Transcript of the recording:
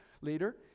leader